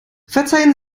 verzeihen